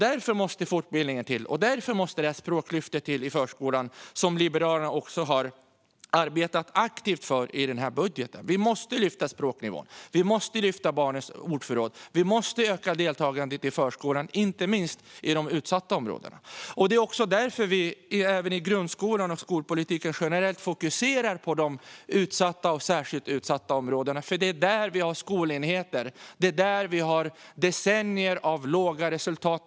Därför måste vi få till fortbildning, och därför måste vi få till det språklyft i förskolan som Liberalerna har arbetat aktivt för i den här budgeten. Vi måste lyfta språknivån, och vi måste lyfta barnens ordförråd. Vi måste öka deltagandet i förskolan, inte minst i de utsatta områdena. Det är också därför vi även i grundskolan och skolpolitiken generellt fokuserar på de utsatta och särskilt utsatta områdena. Det är nämligen där vi har skolenheter med decennier av låga resultat.